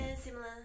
similar